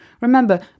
Remember